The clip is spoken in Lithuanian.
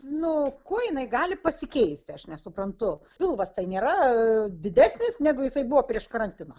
nu kuo jinai gali pasikeisti aš nesuprantu pilvas tai nėra didesnis negu jisai buvo prieš karantiną